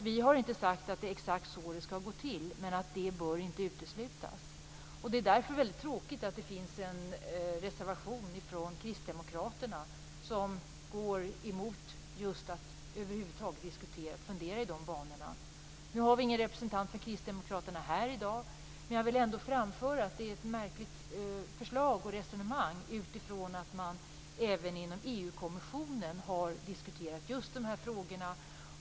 Vi har inte sagt att det är exakt så det skall gå till, men det bör inte uteslutas. Det är därför väldigt tråkigt att det finns en reservation från Kristdemokraterna som går emot att över huvud taget fundera i de banorna. Nu har vi ingen representant för Kristdemokraterna här i dag. Men jag vill ändå framföra att det är ett märkligt förslag och resonemang utifrån att man även inom EU-kommissionen har diskuterat just dessa frågor.